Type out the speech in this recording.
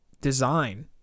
design